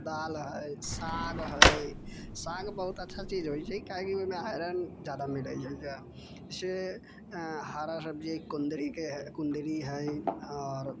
दाल है साग है साग बहुत अच्छा चीज होइ छै काहेकि ओहिमे आइरन जादा मिलै छै जाहिसे हरा सब्जी कुंदरी के कुंदरी है आओर